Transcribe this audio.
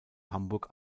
hamburg